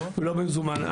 לא במזומן.